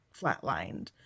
flatlined